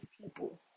people